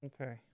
Okay